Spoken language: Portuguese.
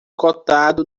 cotado